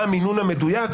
מה המינון המדויק?